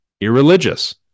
Irreligious